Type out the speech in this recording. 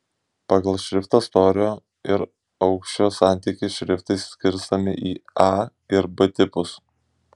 pagal šrifto storio ir aukščio santykį šriftai skirstomi į a ir b tipus